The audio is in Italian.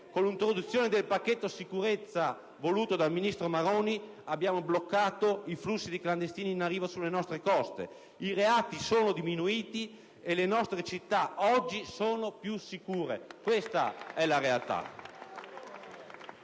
con l'introduzione del pacchetto sicurezza voluto dal ministro Maroni abbiamo bloccato i flussi di clandestini in arrivo sulle nostre coste; i reati sono diminuiti e le nostre città oggi sono più sicure. Questa è la realtà.